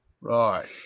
Right